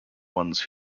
ones